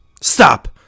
Stop